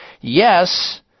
yes